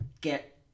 get